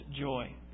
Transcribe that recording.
joy